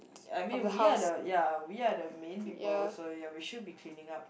I mean we are the ya we are the main people so ya we should be cleaning up